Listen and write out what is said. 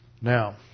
Now